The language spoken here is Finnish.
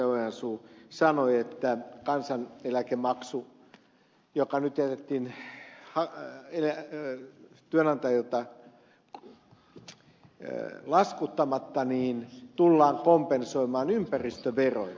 ojansuu sanoi että kansaneläkemaksu joka nyt jätettiin työnantajilta laskuttamatta tullaan kompensoimaan ympäristöveroilla